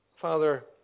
father